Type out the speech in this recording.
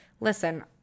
listen